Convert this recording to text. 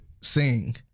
Sing